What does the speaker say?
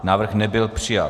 Návrh nebyl přijat.